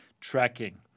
tracking